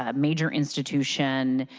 ah major institutions,